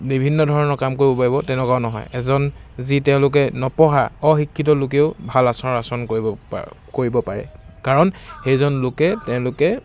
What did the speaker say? বিভিন্ন ধৰণৰ কাম কৰিব পাৰিব তেনেকুৱাও নহয় এজন যি তেওঁলোকে নপঢ়া অশিক্ষিত লোকেও ভাল আচাৰ আচৰণ কৰিব পা কৰিব পাৰে কাৰণ সেইজন লোকে তেওঁলোকে